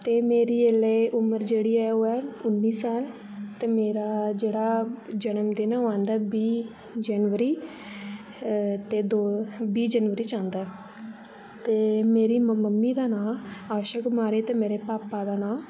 ते मेरी ऐल्लैं उम्र जेह्ड़ी ऐ ओह् ऐ उन्नी साल ते मेरा जेह्ड़ा जन्मदिन ओह् आंदा ऐ बीह् जनवरी ते दो बीह् जनवरी च आंदा ऐ ते मेरी मम्मी दा नांऽ आशू कुमारी ते मेरे पापा दा नांऽ